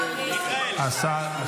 השר.